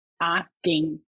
asking